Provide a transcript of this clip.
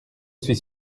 suis